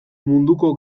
munduko